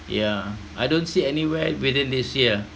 yeah I don't see anywhere within this year